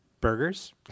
Burgers